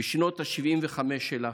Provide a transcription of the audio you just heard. בשנת ה-75 שלה.